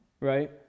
right